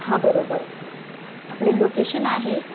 हां बरोबर आपलं लोकेशन आहे